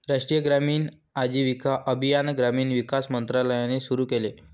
राष्ट्रीय ग्रामीण आजीविका अभियान ग्रामीण विकास मंत्रालयाने सुरू केले